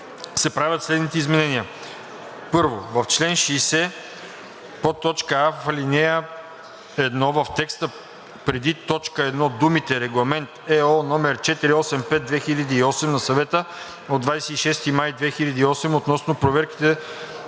правят следните изменения: